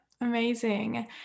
amazing